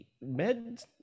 Med